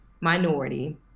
minority